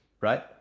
right